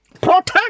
Protect